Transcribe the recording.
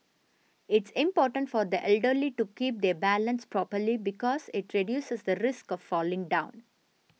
it's important for the elderly to keep their balance properly because it reduces the risk of falling down